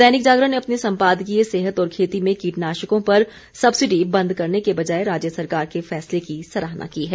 दैनिक जागरण ने अपने संपादकीय सेहत और खेती में कीटनाशकों पर सबसिडी बंद करने के राज्य सरकार के फैसले की सराहना की है